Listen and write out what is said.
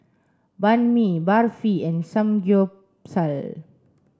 Banh Mi Barfi and Samgyeopsal